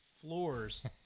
floors